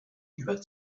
über